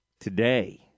Today